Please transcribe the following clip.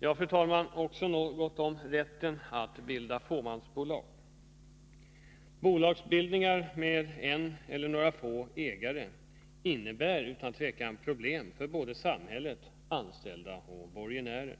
Fru talman! Jag vill också säga något om rätten att bilda fåmansbolag. Bolagsbildningar med en eller några få ägare innebär utan tvivel problem för samhälle, anställda och borgenärer.